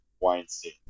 Weinstein